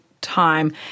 time